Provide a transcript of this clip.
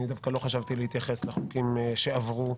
אני דווקא לא חשבתי להתייחס לחוקים שעברו,